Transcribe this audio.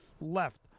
left